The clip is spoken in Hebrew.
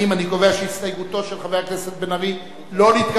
אני קובע שהסתייגותו של חבר הכנסת בן-ארי לא נתקבלה,